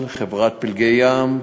חברת "פלגי ים"